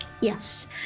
Yes